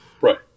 Right